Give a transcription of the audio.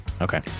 Okay